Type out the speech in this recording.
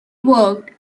worked